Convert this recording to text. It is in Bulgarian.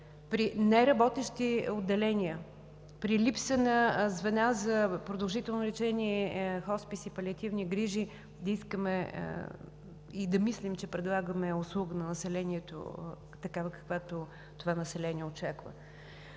при неработещи отделения, при липса на звена за продължително лечение, хосписи и палиативни грижи да искаме и да мислим, че предлагаме услуга на населението такава, каквато това население очаква.